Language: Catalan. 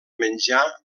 menjar